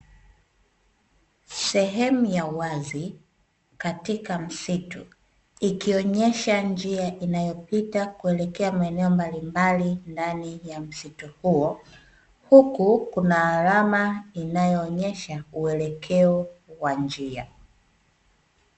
Sehemu ya wazi katika msitu ikionyesha njia inayopita kuelekea maeneo mbalimbali ndani ya msitu, huku kun alama inaoonesha uelekeo wa njia.